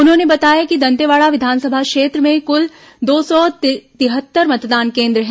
उन्होंने बताया कि दंतेवाड़ा विधानसभा क्षेत्र में कूल दो सौ तिहत्तर मतदान केन्द्र हैं